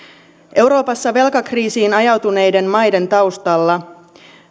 euroopassa velkakriisiin ajautuneiden maiden taustalla